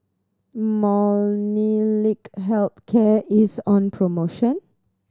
Molnylcke Health Care is on promotion